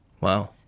Wow